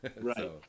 Right